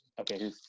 okay